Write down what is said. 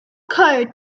code